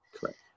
Correct